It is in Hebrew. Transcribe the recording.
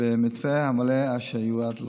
במתווה המלא אשר יועד לו.